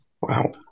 Wow